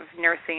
nursing